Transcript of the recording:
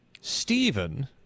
Stephen